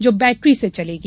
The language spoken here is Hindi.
जो बैट्री से चलेगी